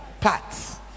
parts